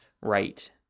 right